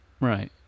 Right